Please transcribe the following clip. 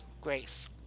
Grace